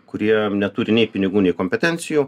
kurie neturi nei pinigų nei kompetencijų